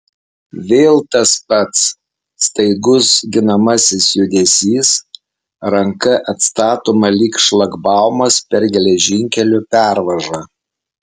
vėl tas pats staigus ginamasis judesys ranka atstatoma lyg šlagbaumas per geležinkelio pervažą